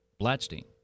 Blatstein